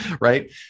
right